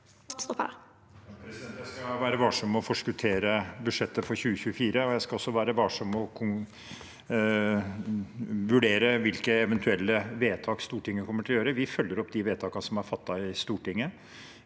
Jeg skal være varsom med å forskuttere budsjettet for 2024. Jeg skal også være varsom med å vurdere hvilke eventuelle vedtak Stortinget kommer til å gjøre. Vi følger opp de vedtakene som er fattet i Stortinget.